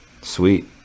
Sweet